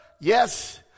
Yes